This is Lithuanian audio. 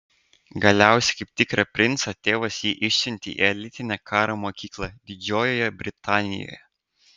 galiausiai kaip tikrą princą tėvas jį išsiuntė į elitinę karo mokyklą didžiojoje britanijoje